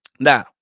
Now